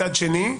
מצד שני,